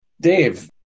Dave